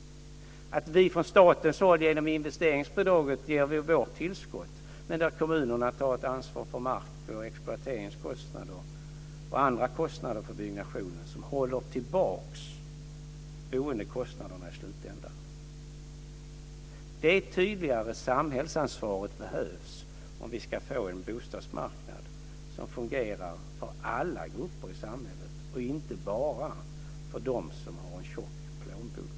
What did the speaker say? Det krävs att vi från statens håll genom investeringsbidraget ger vårt tillskott, men också att kommunerna tar ett ansvar för markoch exploateringskostnader och andra kostnader för byggnationen som håller tillbaks boendekostnaderna i slutändan. Det tydligare samhällsansvaret behövs om vi ska få en bostadsmarknad som fungerar för alla grupper i samhället och inte bara för dem som har en tjock plånbok.